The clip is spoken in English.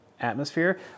atmosphere